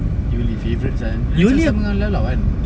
Yole favourite sia dia macam sama dengan Llaollao kan